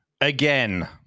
again